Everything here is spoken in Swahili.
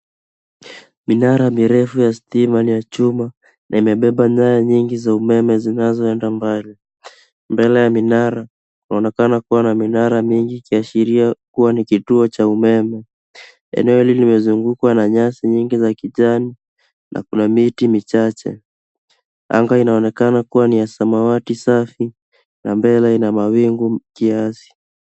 Minara mirefu ya stima na ya chuma na imebeba nyaya nyingi za umeme zinazoenda mbali. Mbele ya minara ,unaonekana kuwa na minara mingi ikiashiria kuwa ni kituo cha umeme. Eneo hili nimezungukwa na nyasi nyingi za kijani na kuna miti michache. Anga inaonekana kuwa ni ya samawati safi na mbele ina mawingu kiasi.